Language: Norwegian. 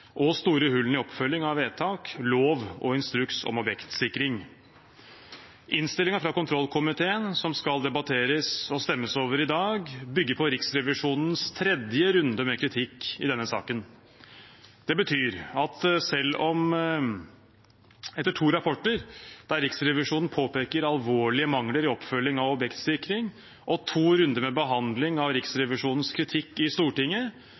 og store hullene i oppfølging av vedtak, lov og instruks om objektsikring. Innstillingen fra kontrollkomiteen som skal debatteres og stemmes over i dag, bygger på Riksrevisjonens tredje runde med kritikk i denne saken. Det betyr at etter to rapporter der Riksrevisjonen påpeker alvorlige mangler i oppfølging av objektsikring, og to runder med behandling av Riksrevisjonens kritikk i Stortinget,